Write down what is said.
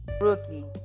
rookie